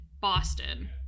Boston